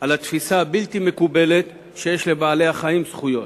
על התפיסה הבלתי-מקובלת שיש לבעלי-החיים זכויות.